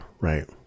right